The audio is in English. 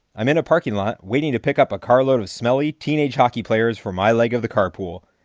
i'm in a parking lot, waiting to pick up a carload of smelly, teenage hockey players for my leg of the carpool.